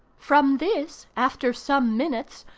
from this, after some minutes,